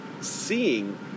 seeing